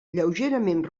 lleugerament